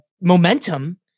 momentum